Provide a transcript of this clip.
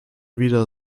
wieder